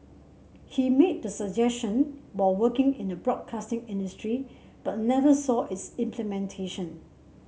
he made the suggestion while working in the broadcasting industry but never saw its implementation